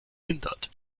hindert